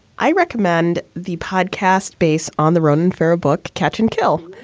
i recommend the podcast based on the run for a book, catch and kill,